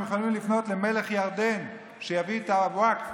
הם יכולים לפנות למלך ירדן שיביא את הווקף,